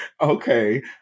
Okay